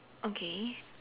okay